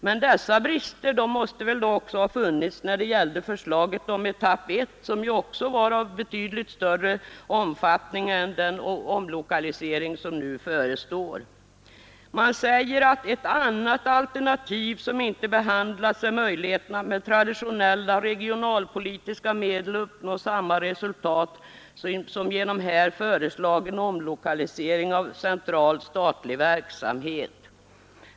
Men dessa brister måste väl också ha funnits när det gällde förslaget om etapp 1 som också var av betydligt större omfattning än den omlokalisering som nu förestår? Man säger att ”ett annat alternativ som inte behandlats är möjligheterna att med traditionella regionalpolitiska medel uppnå samma resultat som genom här föreslagen omlokalisering av central statlig verksamhet”.